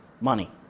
money